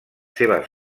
seves